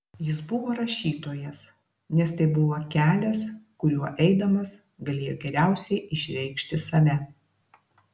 jis buvo rašytojas nes tai buvo kelias kuriuo eidamas galėjo geriausiai išreikšti save